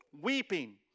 weeping